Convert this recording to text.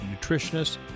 nutritionists